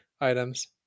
items